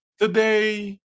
Today